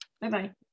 Bye-bye